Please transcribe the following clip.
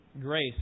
grace